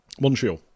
Montreal